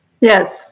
Yes